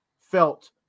felt